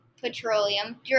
petroleum